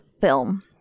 film